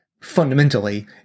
fundamentally